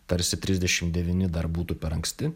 tarsi trisdešim devyni dar būtų per anksti